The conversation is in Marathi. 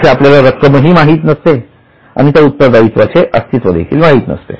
येथे आपल्याला रक्कमही माहीत नसते आणि त्या उत्तरदायित्वाची अस्तित्व देखील माहीत नसते